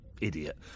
idiot